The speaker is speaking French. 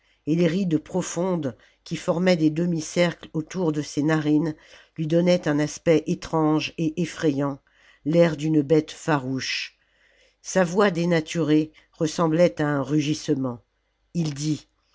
et les rides profondes qui formaient des demi-cercles autour de ses narines lui donnaient un aspect étrange et effrayant l'air d'une bête farouche sa voix dénaturée ressemblait à un rugissement il dit